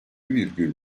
virgül